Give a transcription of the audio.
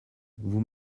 vous